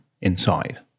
inside